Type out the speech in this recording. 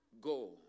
go